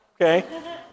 Okay